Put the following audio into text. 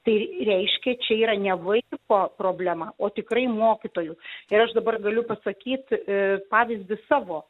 tai reiškia čia yra ne vaiko problema o tikrai mokytojų ir aš dabar galiu pasakyti pavyzdį savo